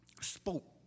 spoke